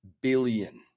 billion